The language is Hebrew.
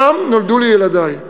שם נולדו לי ילדי,